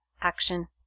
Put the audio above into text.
action